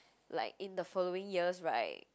like in the following years [right]